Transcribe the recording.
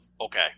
okay